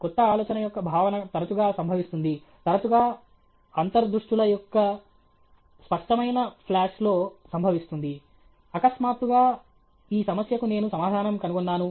క్రొత్త ఆలోచన యొక్క భావన తరచుగా సంభవిస్తుంది తరచుగా అంతర్దృష్టుల యొక్క స్పష్టమైన ఫ్లాష్లో సంభవిస్తుంది అకస్మాత్తుగా ఈ సమస్యకు నేను సమాధానం కనుగొన్నాను